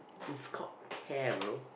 it's called care bro